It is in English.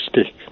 stick